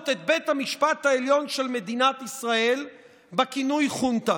את בית המשפט העליון של מדינת ישראל בכינוי "חונטה".